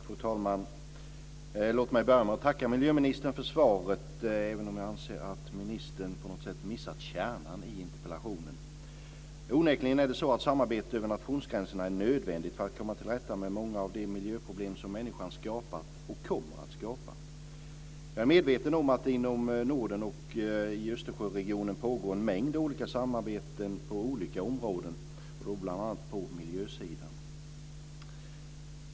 Fru talman! Låt mig börja med att tacka miljöministern för svaret, även om jag anser att ministern på något sätt missat kärnan i interpellationen. Onekligen är det så att samarbete över nationsgränserna är nödvändigt för att komma till rätta med många av de miljöproblem som människan skapat och kommer att skapa. Jag är medveten om att det inom Norden och i Östersjöregionen pågår en mängd olika samarbeten på olika områden - bl.a. på miljösidan.